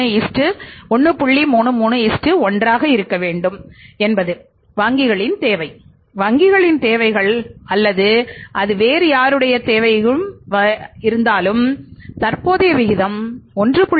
33 1 ஆக இருக்க வேண்டும் என்பது வங்கிகளின் தேவை வங்கிகளின் தேவைகள் அல்லது இது வேறு யாருடைய தேவைக்கும் தற்போதைய விகிதம் 1